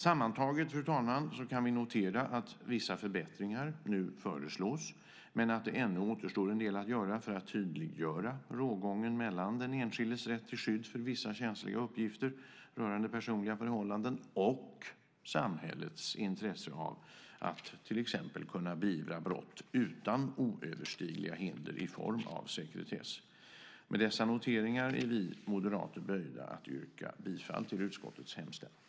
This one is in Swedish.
Sammantaget, fru talman, kan vi notera att vissa förbättringar nu föreslås men att det ännu återstår en del att göra för att tydliggöra rågången mellan den enskildes rätt till skydd för vissa känsliga uppgifter rörande personliga förhållanden och samhällets intresse av att till exempel kunna beivra brott utan oöverstigliga hinder i form av sekretess. Med dessa noteringar är vi moderater böjda att yrka bifall till utskottets förslag.